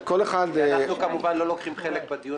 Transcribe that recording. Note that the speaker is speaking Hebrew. אנחנו לא לוקחים חלק בדיון